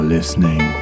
Listening